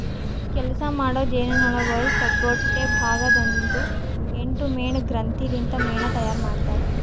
ಕೆಲಸ ಮಾಡೋ ಜೇನುನೊಣಗೊಳ್ ಕೊಬ್ಬೊಟ್ಟೆ ಭಾಗ ದಾಂದು ಎಂಟು ಮೇಣ ಗ್ರಂಥಿ ಲಿಂತ್ ಮೇಣ ತೈಯಾರ್ ಮಾಡ್ತಾರ್